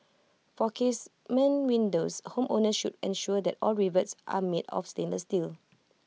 for casement windows homeowners should ensure that all rivets are made of stainless steel